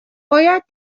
باید